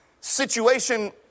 situation